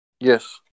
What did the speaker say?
Yes